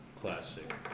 classic